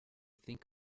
think